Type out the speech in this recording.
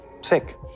sick